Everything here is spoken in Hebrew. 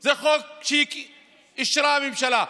זה חוק שאישרה הממשלה.